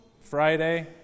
Friday